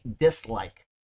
dislike